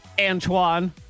Antoine